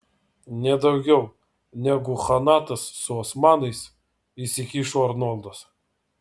nedaugiau negu chanatas su osmanais įsikišo arnoldas